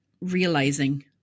realizing